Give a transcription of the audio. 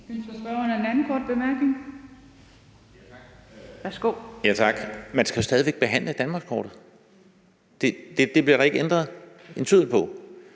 Man skal stadig væk behandle danmarkskortet. Det bliver der ikke ændret en tøddel på.